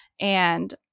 and-